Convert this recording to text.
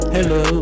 Hello